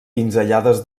pinzellades